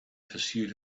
pursuit